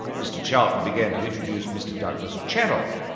mr charlton began to introduce mr douglas channel.